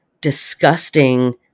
disgusting